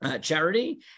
charity